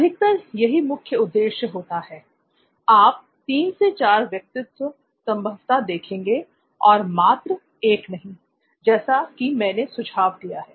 अधिकतर यही मुख्य उद्देश होता हैl आप तीन से चार व्यक्तित्व संभवत देखेंगे और मात्र एक नहीं जैसा कि मैंने सुझाव दिया है